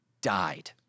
died